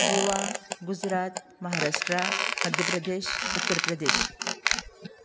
Goa Gujarat Maharashtra Madhya Pradesh Uttar Pradesh